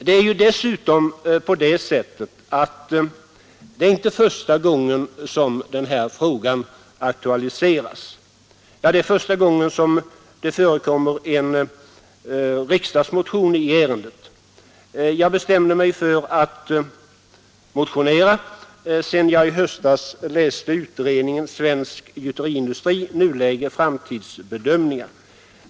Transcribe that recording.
Det är ju dessutom på det sättet att det inte är första gången denna fråga aktualiseras. Ja, det är första gången det förekommer en riksdagsmotion i ärendet. Jag bestämde mig för att motionera sedan jag i höstas läst utredningen Svensk gjuteriindustri — nuläge — framtidsbedömning.